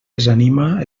desanima